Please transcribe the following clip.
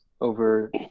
over